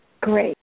Great